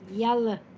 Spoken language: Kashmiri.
یلہٕ